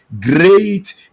great